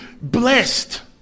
blessed